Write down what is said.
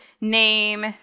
Name